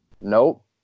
Nope